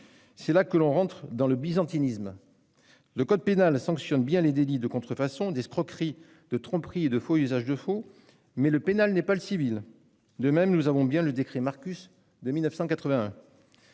C'est là que l'on entre dans le byzantinisme. Le code pénal sanctionne bien les délits de contrefaçon, d'escroquerie, de tromperie et de faux et usage de faux. Mais le pénal n'est pas le civil. De même, le décret Marcus de 1981